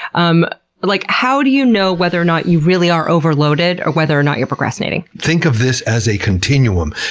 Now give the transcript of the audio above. um like how do you know whether or not you really are overloaded or whether or not you're procrastinating? think of this as a continuum.